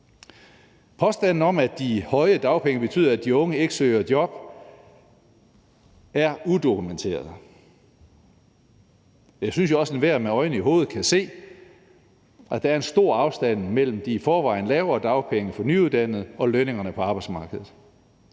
Påstanden om, at de høje dagpenge betyder, at de unge ikke søger et job, er udokumenteret. Jeg synes jo også, at enhver med øjne i hovedet kan se, at der er en stor afstand mellem de i forvejen lavere dagpenge for nyuddannede og lønningerne på arbejdsmarkedet.